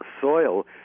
soil